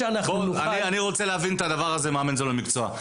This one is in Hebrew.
אני רוצה להבין את הדבר הזה מאמן זה לא מקצוע.